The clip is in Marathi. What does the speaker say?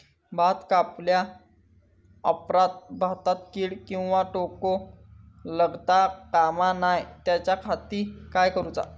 भात कापल्या ऑप्रात भाताक कीड किंवा तोको लगता काम नाय त्याच्या खाती काय करुचा?